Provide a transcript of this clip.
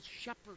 shepherd